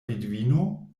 vidvino